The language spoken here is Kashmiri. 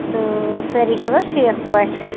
تہٕ سٲری چھُو حظ ٹھیٖک پٲٹھۍ